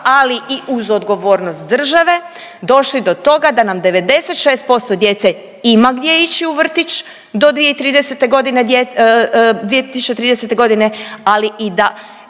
ali i uz odgovornost države došli do toga da nam 96% djece ima gdje ići u vrtić do 2030.g., ali i da